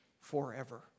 forever